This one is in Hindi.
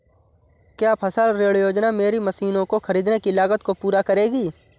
क्या फसल ऋण योजना मेरी मशीनों को ख़रीदने की लागत को पूरा करेगी?